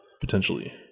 potentially